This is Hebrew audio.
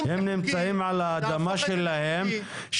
הם נמצאים על האדמה שלהם,